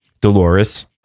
Dolores